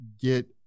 get